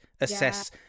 assess